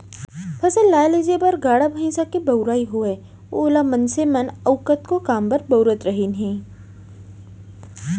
फसल लाए लेजे बर गाड़ा भईंसा के बउराई होवय ओला मनसे मन अउ कतको काम बर बउरत रहिन हें